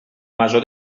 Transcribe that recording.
masó